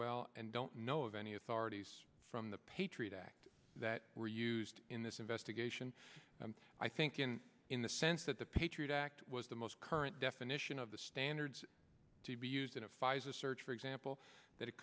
well and don't know of any authorities from the patriot act that were used in this investigation i think in in the sense that the patriot act was the most current definition of the standards to be used in a pfizer search for example that it